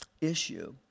issue